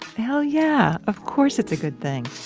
hell yeah. of course it's a good thing.